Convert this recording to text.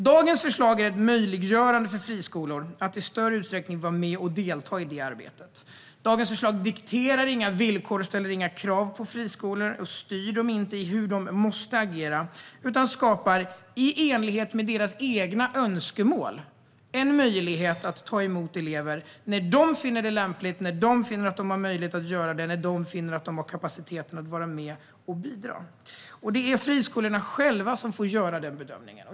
Dagens förslag innebär att man möjliggör för friskolor att i större utsträckning vara med och delta i detta arbete. Dagens förslag dikterar inga villkor och ställer inga krav på friskolor. Det styr dem inte i hur de måste agera utan skapar, i enlighet med deras egna önskemål, en möjlighet för dem att ta emot elever när de finner det lämpligt, när de finner att de har möjlighet att göra det och när de finner att de har kapacitet att vara med och bidra. Det är friskolorna själva som får göra denna bedömning.